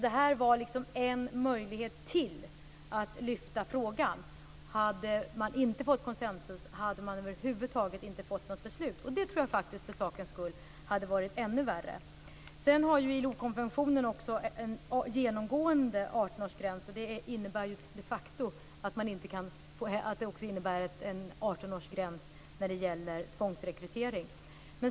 Det här var alltså ytterligare en möjlighet att lyfta frågan. Om man inte hade fått konsensus hade man över huvud taget inte fått något beslut, och jag tror att det hade varit ännu värre för denna sak. ILO-konventionen har också en genomgående 18 årsgräns, och det innebär de facto en 18-årsgräns när det gäller tvångsrekrytering.